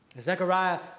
Zechariah